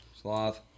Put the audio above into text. Sloth